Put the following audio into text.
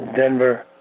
Denver